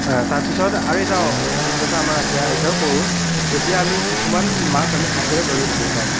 তাৰপিছত আৰু এটা অভিজ্ঞতা আমাৰ আছে এতিয়াও কৰোঁ যেতিয়া আমি কিছুমান মাছ আমি হাতেৰে ধৰি ভাল পাওঁ